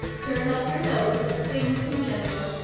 turn up your nose at things in general,